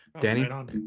Danny